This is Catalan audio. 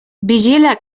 vigila